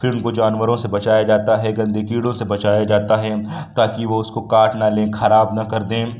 پھر ان کو جانوروں سے بچایا جاتا ہے گندے کیڑوں سے بچایا جاتا ہے تاکہ وہ اس کو کاٹ نہ لیں خراب نہ کر دیں